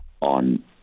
on